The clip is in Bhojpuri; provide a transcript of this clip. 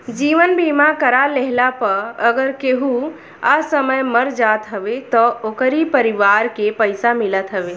जीवन बीमा करा लेहला पअ अगर केहू असमय मर जात हवे तअ ओकरी परिवार के पइसा मिलत हवे